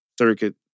circuit